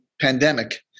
pandemic